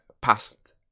past